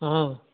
অ